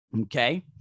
okay